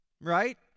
Right